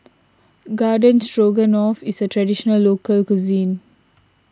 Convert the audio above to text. Garden Stroganoff is a Traditional Local Cuisine